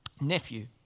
nephew